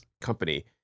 company